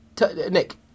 nick